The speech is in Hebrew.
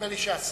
נדמה לי שהשר